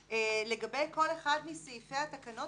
אדוני, לגבי כל אחד מסעיפי התקנות